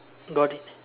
got it